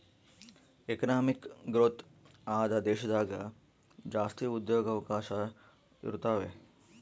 economic growth ಆದ ದೇಶದಾಗ ಜಾಸ್ತಿ ಉದ್ಯೋಗವಕಾಶ ಇರುತಾವೆ